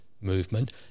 movement